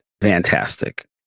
Fantastic